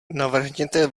navrhněte